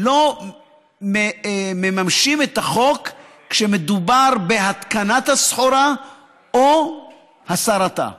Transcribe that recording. לא מממשים את החוק כשמדובר בהתקנת הסחורה או בהסרתה,